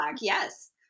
Yes